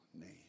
name